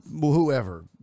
whoever